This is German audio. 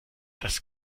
das